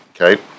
Okay